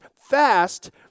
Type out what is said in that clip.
fast